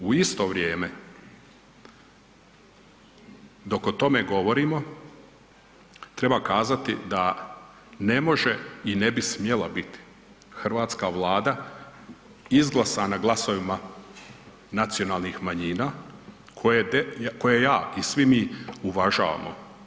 U isto vrijeme dok o tome govorimo, treba kazati da ne može i ne bi smjela biti hrvatska Vlada izglasana glasovima nacionalnih manjina koje ja i svi mi uvažavamo.